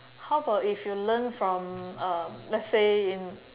how about if you learn from um let's say